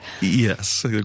Yes